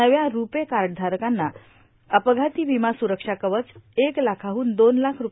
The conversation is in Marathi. नव्या रूपे कार्ड धारकांना अपघाती विमा सुरक्षा कवच एक लाखाहून दोन लाख रू